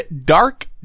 Dark